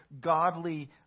godly